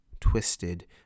twisted